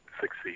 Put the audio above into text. succeed